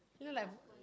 look like